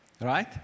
right